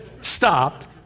stopped